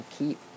keep